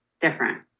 different